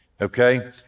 Okay